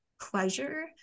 pleasure